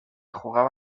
jugaba